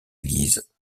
guise